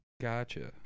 gotcha